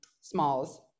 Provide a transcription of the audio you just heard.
Smalls